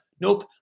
Nope